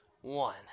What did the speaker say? one